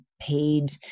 paid